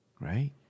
right